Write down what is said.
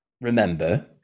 remember